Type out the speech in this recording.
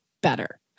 better